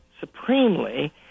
supremely